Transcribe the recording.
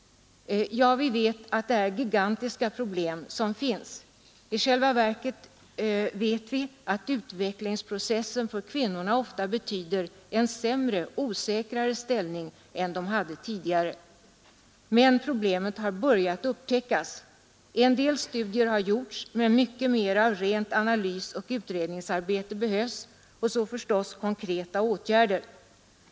Vi vet att det är gigantiska problem som finns. I själva verket vet vi att utvecklingsprocessen ofta betyder en sämre och osäkrare ställning för kvinnorna än de hade tidigare, men problemet har börjat upptäckas. En del studier har gjorts, men mycket mer av rent analysoch utredningsarbete behövs och dessutom, förstås, konkreta åtgärder.